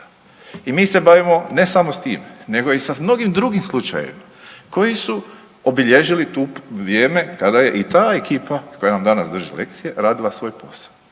I mi se bavimo ne samo s time, nego i mnogim drugim slučajevima koji su obilježili vrijeme kada je i ta ekipa koja nam danas drži lekcije radila svoj posao